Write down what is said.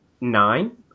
nine